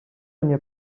nie